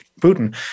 Putin